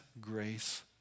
grace